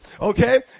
Okay